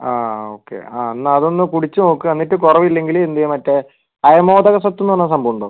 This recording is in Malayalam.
ആ ഓക്കേ ആ എന്നാൽ അതൊന്ന് കുടിച്ച് നോക്ക് എന്നിട്ട് കുറവ് ഇല്ലെങ്കിൽ എന്ത് ചെയ്യുക മറ്റേ അയമോദക സത്ത് എന്നു പറഞ്ഞ ഒരു സംഭവം ഉണ്ടോ